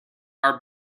are